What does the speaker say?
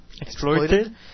Exploited